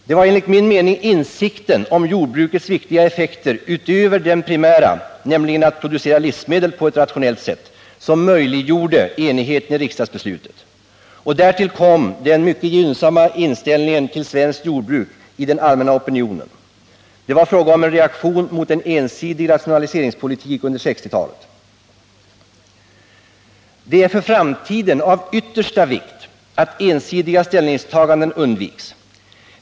Det var enligt min mening insikten om jordbrukets viktiga effekter utöver den primära, att producera livsmedel på ett rationellt sätt, som möjliggjorde enigheten i riksdagsbeslutet. Därtill kom den allmänna opinionens mycket gynnsamma inställning till svenskt jordbruk. Det var fråga om en reaktion mot en ensidig rationaliseringspolitik under 1960-talet. Det är för framtiden av yttersta vikt att ensidiga ställningstaganden undviks.